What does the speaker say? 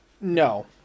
no